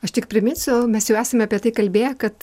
aš tik priminsiu mes jau esam apie tai kalbėję kad